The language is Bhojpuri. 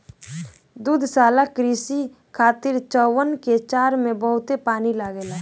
दुग्धशाला कृषि खातिर चउवन के चारा में बहुते पानी लागेला